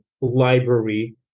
library